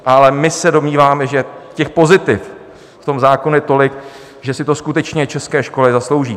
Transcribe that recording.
Ale my se domníváme, že pozitiv v tom zákonu je tolik, že si to skutečně české školy zaslouží.